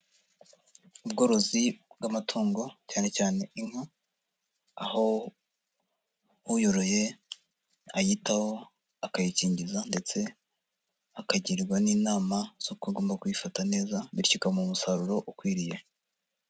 Ubworozi bw'amatungo cyane cyane inka, aho uyoroye ayitaho akayikingiza ndetse akagirirwa n'inama z'uko agomba kuyifata neza bityo ikamuha umusaruro ukwiriye.